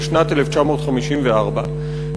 בשנת 1954,